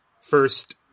first